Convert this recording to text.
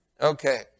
Okay